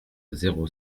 zéro